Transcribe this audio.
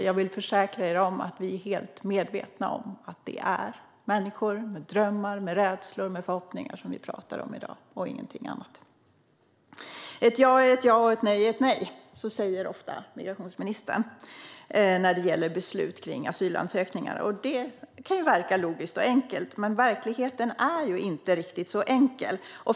Jag vill försäkra er om att vi är fullt medvetna om att det är människor med drömmar, rädslor och förhoppningar vi pratar om i dag och ingenting annat. Ett ja är ett ja och ett nej är ett nej. Så säger ofta migrationsministern när det gäller beslut om asylansökningar. Det kan verka logiskt och enkelt. Men verkligheten är inte riktigt så enkel.